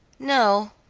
no,